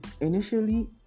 initially